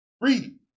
Read